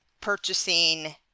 purchasing